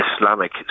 Islamic